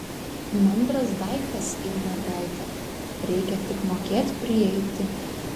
mandras daiktas yr mergaitė reikia tik mokėt prieiti